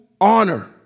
honor